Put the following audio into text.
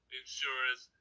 insurance